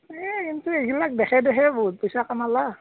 এই কিন্তু এইগিলাক দেখাই দেখাই বহুত পইচা কামালা